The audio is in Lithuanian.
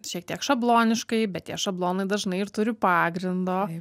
šiek tiek šabloniškai bet tie šablonai dažnai ir turi pagrindo